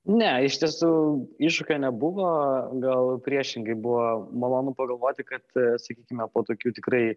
ne iš tiesų iššūkio nebuvo gal priešingai buvo malonu pagalvoti kad sakykime po tokių tikrai